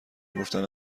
میگفتن